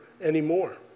anymore